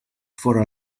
for